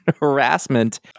harassment